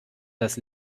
das